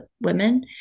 women